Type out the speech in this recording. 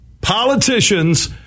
Politicians